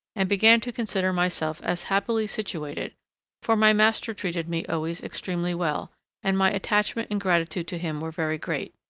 and began to consider myself as happily situated for my master treated me always extremely well and my attachment and gratitude to him were very great.